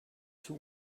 two